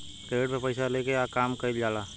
credit पर पइसा लेके आ काम कइल जाला